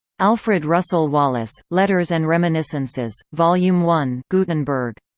alfred russel wallace letters and reminiscences, vol. yeah um one gutenberg.